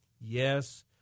Yes